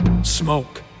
Smoke